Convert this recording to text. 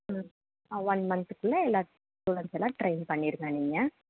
ம் ஆ ஒன் மந்த்துக்குள்ளே எல்லா ஸ்டூடண்ட்ஸ் எல்லாம் ட்ரைன் பண்ணிடுங்க நீங்கள்